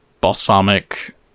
balsamic